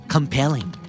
Compelling